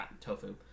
tofu